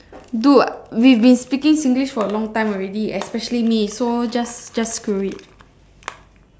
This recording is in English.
dude we've been speaking Singlish for a long time already especially me so just just screw it